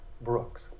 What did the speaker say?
Brooks